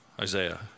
Isaiah